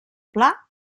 pla